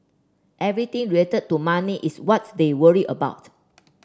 everything related to money is what they worry about